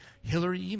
Hillary